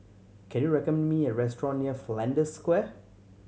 can you recommend me a restaurant near Flanders Square